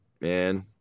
man